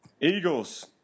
Eagles